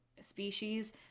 species